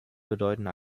bedeutende